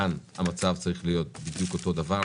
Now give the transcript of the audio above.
כאן המצב צריך להיות בדיוק אותו דבר.